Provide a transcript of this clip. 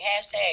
Hashtag